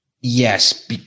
Yes